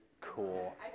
cool